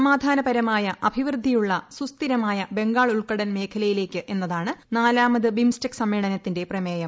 സമാധാനപരമായ അഭിവൃദ്ധിയുള്ള സുസ്ഥിരമായ ബംഗാൾഉൽക്കടൽ മേഖലയിലേക്ക് എന്നതാണ് നാലാമത് ബിംസ്റ്റെക് സമ്മേളനത്തിന്റെ പ്രമേയം